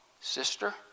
sister